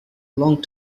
long